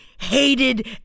hated